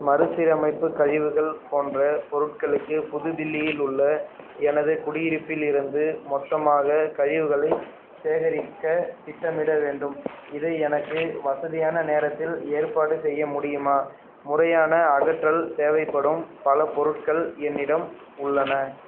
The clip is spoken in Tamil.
மறுசீரமைப்பு கழிவுகள் போன்றப் பொருட்களுக்கு புது தில்லியில் உள்ள எனதுக் குடியிருப்பில் இருந்து மொத்தமாகக் கழிவுகளைச் சேகரிக்க திட்டமிட வேண்டும் இதை எனக்கு வசதியான நேரத்தில் ஏற்பாடு செய்ய முடியுமா முறையான அகற்றல் தேவைப்படும் பல பொருட்கள் என்னிடம் உள்ளன